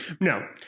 No